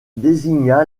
désigna